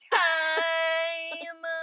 time